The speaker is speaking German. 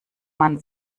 man